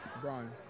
Brian